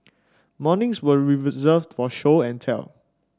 mornings were reserved for show and tell